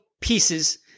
pieces